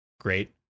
great